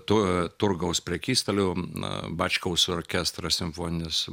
tų turgaus prekystalių bačkaus orkestro simfoninis